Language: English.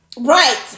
Right